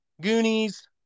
Goonies